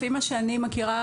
לפי מה שאני מכירה,